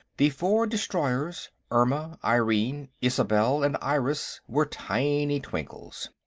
the four destroyers, irma, irene, isobel and iris, were tiny twinkles.